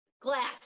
Glass